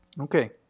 Okay